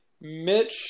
Mitch